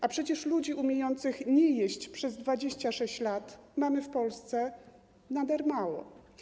A przecież ludzi umiejących nie jeść przez 26 lat mamy w Polsce nader mało.